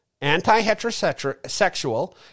anti-heterosexual